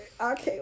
Okay